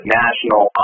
national